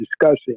discussing